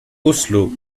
oslo